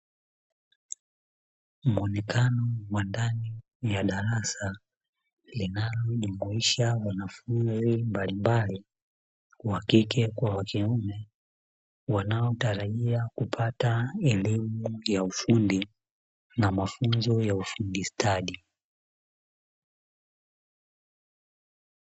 Muonekano wa ndani ya darasa, linalojumuisha wanafunzi mbalimbali wakike kwa wakiume, wanaotarajia kupata elimu ya ufundi na mafunzo ya ufundi stadi.